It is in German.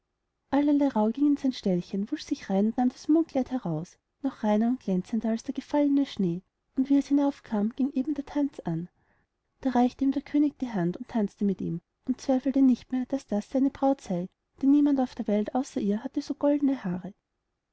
ging in sein ställchen wusch sich rein und nahm das mondkleid heraus noch reiner und glänzender als der gefallene schnee und wie es hinauf kam ging eben der tanz an da reichte ihm der könig die hand und tanzte mit ihm und zweifelte nicht mehr daß das seine braut sey denn niemand auf der welt hatte außer ihr noch so goldene haare